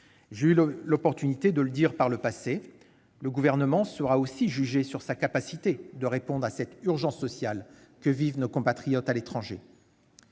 j'ai eu l'opportunité de le dire par le passé, le Gouvernement sera aussi jugé sur sa capacité à répondre à l'urgence sociale que vivent nos compatriotes à l'étranger.